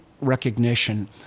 recognition